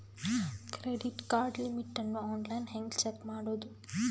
Credit card limit ಅನ್ನು online ಹೆಂಗ್ check ಮಾಡೋದು?